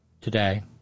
today